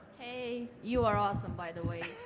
hey, you are awesome, by the way.